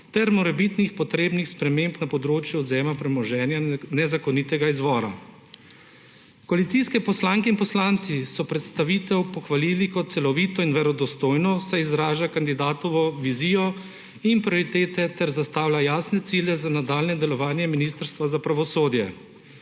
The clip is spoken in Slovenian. ter morebitnih potrebnih sprememb na področju odvzema premoženja nezakonitega izvora. Koalicijske poslanke in poslanci so predstavitev pohvalili kot celoviti in verodostojno, saj izraža kandidatovo vizijo in prioritete ter zastavlja jasne cilje za nadaljnje delovanje Ministrstva za pravosodje.